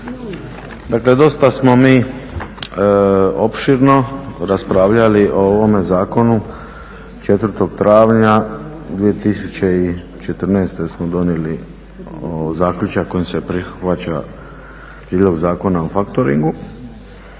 Dakle, dosta smo mi opširno raspravljali o ovome zakonu 4. travnja 2014. smo donijeli zaključak kojim se prihvaća prijedlog Zakon o faktoringu.